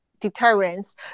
deterrence